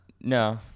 no